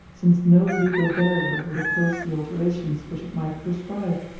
since no legal barrier would oppose the alterations which it might prescribe.